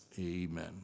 amen